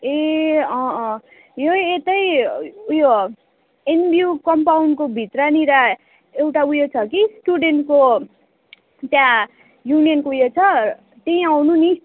ए अँ अँ यो यतै उयो एनबियू कम्पाउन्डको भित्रनिर एउटा उयो छ कि स्टुडेन्टको त्यहाँ युनियनको उयो छ त्यहीँ आउनु नि